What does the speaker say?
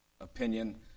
opinion